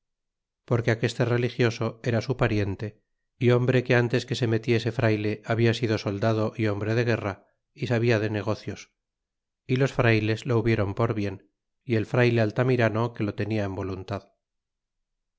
porque aqueste religioso era su pariente y hombre que antes que se metiese frayle habla sido soldado é hombre de guerra y sabia de negocios y los frayles lo hubieron por bien y el frayle altamirano que lo tenia en voluntad